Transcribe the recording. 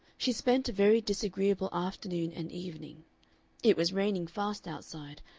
she spent a very disagreeable afternoon and evening it was raining fast outside,